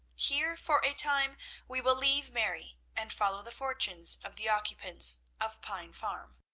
here for a time we will leave mary and follow the fortunes of the occupants of pine farm.